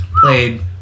played